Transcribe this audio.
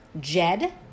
Jed